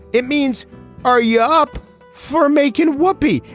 it means are you up for making what b?